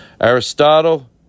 Aristotle